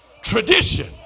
tradition